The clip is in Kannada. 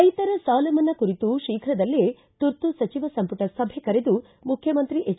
ರೈತರ ಸಾಲ ಮನ್ನಾ ಕುರಿತು ಶೀಘ್ರದಲ್ಲೇ ತುರ್ತು ಸಚಿವ ಸಂಮಟ ಸಭೆ ಕರೆದು ಮುಖ್ಯಮಂತ್ರಿ ಎಜ್